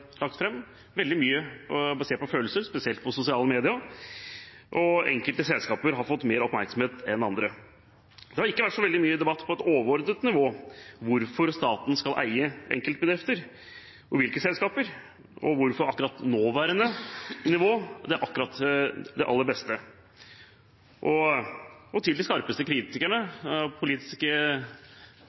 lagt fram, vært veldig mye basert på følelser, spesielt i sosiale medier, og enkelte selskaper har fått mer oppmerksomhet enn andre. Det har ikke vært så veldig mye debatt på et overordnet nivå: Hvorfor skal staten eie enkeltbedrifter, og hvilke selskaper, og hvorfor er akkurat nåværende nivå det aller beste? Og til de skarpeste kritikerne blant politiske